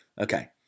Okay